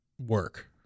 work